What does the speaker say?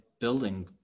building